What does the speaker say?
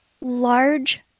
large